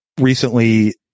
Recently